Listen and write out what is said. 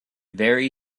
very